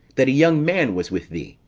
that a young man was with thee,